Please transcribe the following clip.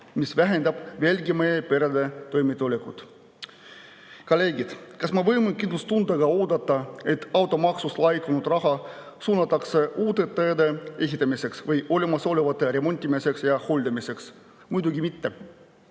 mis vähendab veelgi meie perede toimetulekut. Kolleegid! Kas me võime kindlustundega oodata, et automaksuna laekunud raha suunatakse uute teede ehitamisse või olemasolevate remontimisse ja hooldamisse? Muidugi mitte,